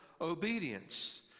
obedience